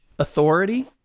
Authority